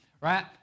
right